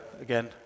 again